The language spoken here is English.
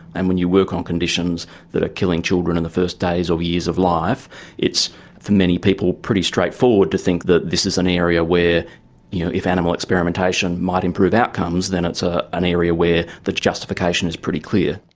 and when you work on conditions that are killing children in the first days or years of life it's for many people pretty straightforward to think that this is an area where you know if animal experimentation might improve outcomes then it's ah an area where the justification is pretty clear.